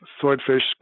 swordfish